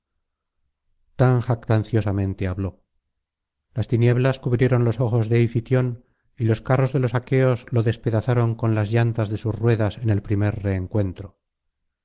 tan jactanciosamente habló las tinieblas cubrieron los ojos de ifitión y los carros de los aqueos lo despedazaron con las llantas de sus ruedas en el primer reencuentro